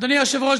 אדוני היושב-ראש,